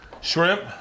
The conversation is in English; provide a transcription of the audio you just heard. shrimp